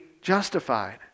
justified